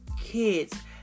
kids